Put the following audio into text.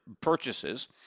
purchases